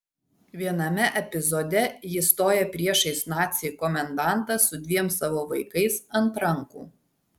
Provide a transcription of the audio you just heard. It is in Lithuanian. viename epizode ji stoja priešais nacį komendantą su dviem savo vaikais ant rankų